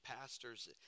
pastors